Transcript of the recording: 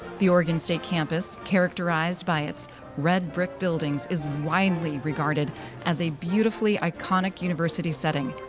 the oregon state campus, characterized by its red brick buildings, is widely regarded as a beautifully iconic university setting.